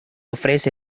ofrece